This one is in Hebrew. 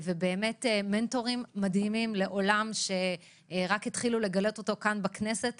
מנטורים מדהימים לעולם שרק התחילו לגלות אותו כאן בכנסת.